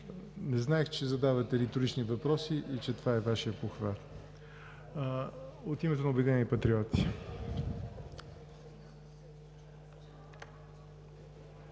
Не знаех, че задавате риторични въпроси и че това е Вашият похват. От името на „Обединени патриоти“